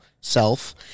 Self